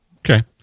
Okay